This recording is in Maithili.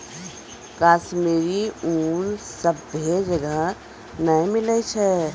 कश्मीरी ऊन सभ्भे जगह नै मिलै छै